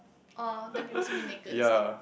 oh then people see me naked is it